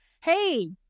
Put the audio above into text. Hey